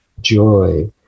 joy